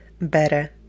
better